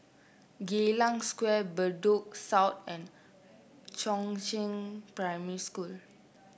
Geylang Square Bedok South and Chongzheng Primary School